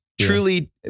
truly